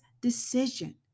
decision